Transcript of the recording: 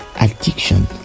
addiction